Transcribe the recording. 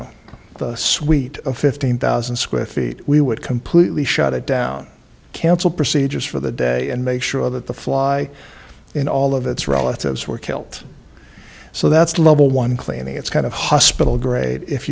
on the suite a fifteen thousand square feet we would completely shut it down cancel procedures for the day and make sure that the fly in all of its relatives were killed so that's level one claiming it's kind of hospital grade if